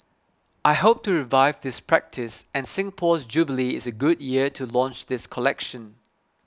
I hope to revive this practice and Singapore's jubilee is a good year to launch this collection